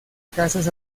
casas